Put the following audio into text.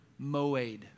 moed